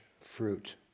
fruit